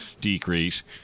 decrease